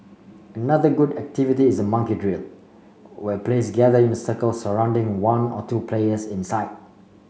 another good activity is monkey drill where players gather in a circle surrounding one or two players inside